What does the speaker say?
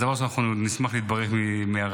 אז דבר ראשון, אנחנו נשמח להתברך מהרב.